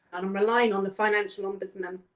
and i'm relying on the financial ombudsman,